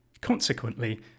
Consequently